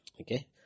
Okay